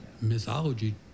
Mythology